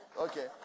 Okay